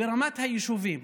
ברמת היישובים.